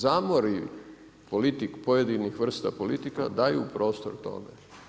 Zamori politiku pojedinih vrsta politika daju prostor tome.